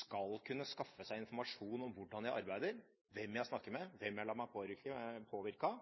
skal kunne skaffe seg informasjon om hvordan jeg arbeider, hvem jeg snakker med, hvem jeg lar meg påvirke